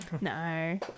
No